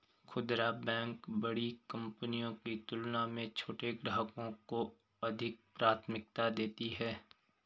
खूदरा बैंक बड़ी कंपनियों की तुलना में छोटे ग्राहकों को अधिक प्राथमिकता देती हैं